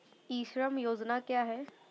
ई श्रम योजना क्या है?